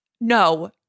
No